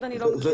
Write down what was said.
אני לא מכירה.